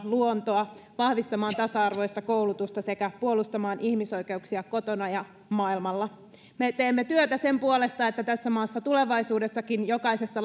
luontoa vahvistamaan tasa arvoista koulutusta sekä puolustamaan ihmisoikeuksia kotona ja maailmalla me teemme työtä sen puolesta että tässä maassa tulevaisuudessakin jokaisesta